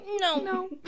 no